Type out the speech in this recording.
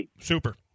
Super